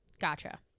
Gotcha